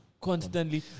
constantly